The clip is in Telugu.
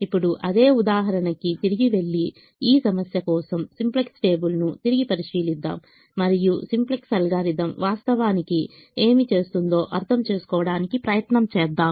ఇప్పుడు అదే ఉదాహరణ కి తిరిగి వెళ్లి ఈ సమస్య కోసం సింప్లెక్స్ టేబుల్ను తిరిగి పరిశీలిద్దాం మరియు సింప్లెక్స్ అల్గోరిథం వాస్తవానికి ఏమి చేస్తుందో అర్థం చేసుకోవడానికి ప్రయత్నం చేద్దాం